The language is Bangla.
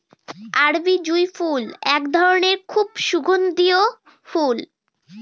আরবি জুঁই ফুল এক ধরনের খুব সুগন্ধিও ফুল